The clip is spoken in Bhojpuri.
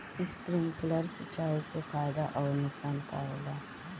स्पिंकलर सिंचाई से फायदा अउर नुकसान का होला?